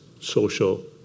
social